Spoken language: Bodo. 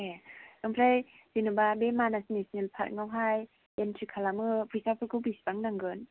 ए ओमफ्राइ जेन'बा बे मानास नेसनेल पार्कआवहाय इनट्रि खालामनो जेन'बा फैसाफोरखौ बेसेबां नांगोन